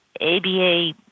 ABA